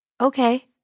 Okay